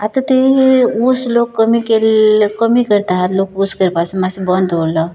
आतां ती ऊस लोक कमी केल्ल कमी करता लोक ऊस करपा मातसो बंद दवरलो